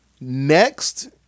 Next